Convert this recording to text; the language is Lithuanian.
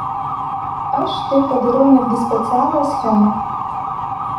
aš štai padariau netgi specialią schemą